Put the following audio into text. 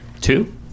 two